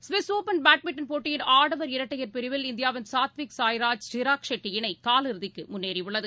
Swiss Open badminton போட்டியின் ஆடவர் இரட்டையர் பிரிவில் இந்தியாவின் சாத்விக் சாய்ராஜ் சிராக் ஷெட்டி இணை காலிறுதிக்கு முன்னேறியுள்ளது